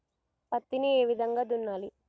పత్తిని ఏ విధంగా దున్నాలి?